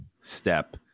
step